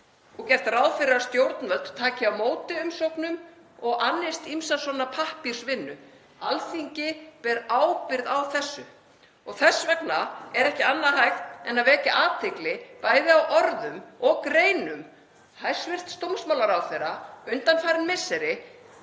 er ráð fyrir að stjórnvöld taki á móti umsóknum og annist ýmsa svona pappírsvinnu. Alþingi ber ábyrgð á þessu. Þess vegna er ekki annað hægt en að vekja athygli bæði á orðum og greinum hæstv. dómsmálaráðherra undanfarin misseri